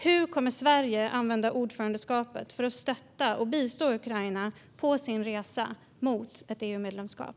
Hur kommer Sverige att använda ordförandeskapet för att stötta och bistå Ukraina på landets resa mot ett EU-medlemskap?